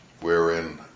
wherein